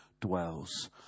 dwells